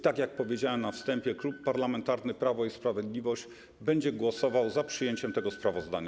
Tak jak powiedziałem na wstępie, Klub Parlamentarny Prawo i Sprawiedliwość będzie głosował za przyjęciem tego sprawozdania.